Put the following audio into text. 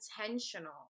intentional